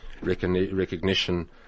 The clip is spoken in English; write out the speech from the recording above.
recognition